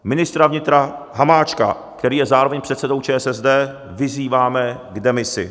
Ministra vnitra Hamáčka, který je zároveň předsedou ČSSD, vyzýváme k demisi.